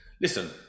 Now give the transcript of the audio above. Listen